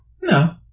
No